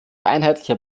einheitlicher